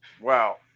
wow